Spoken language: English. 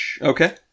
Okay